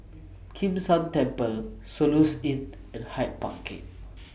Kim San Temple Soluxe Inn and Hyde Park Gate